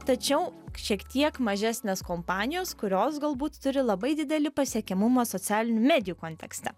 tačiau šiek tiek mažesnės kompanijos kurios galbūt turi labai didelį pasiekiamumą socialinių medijų kontekste